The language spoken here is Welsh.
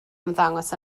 ymddangos